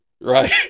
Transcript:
right